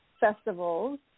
festivals